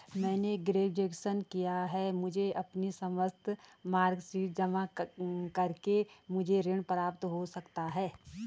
मैंने ग्रेजुएशन किया है मुझे अपनी समस्त मार्कशीट जमा करके मुझे ऋण प्राप्त हो सकता है?